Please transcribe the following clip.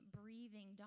breathing